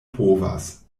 povas